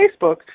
Facebook